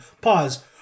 Pause